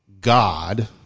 God